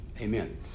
Amen